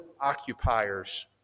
occupiers